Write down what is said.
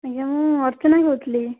ଆଜ୍ଞା ମୁଁ ଅର୍ଚ୍ଚନା କହୁଥିଲି